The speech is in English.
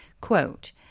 Quote